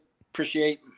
appreciate